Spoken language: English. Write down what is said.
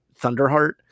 Thunderheart